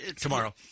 Tomorrow